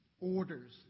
orders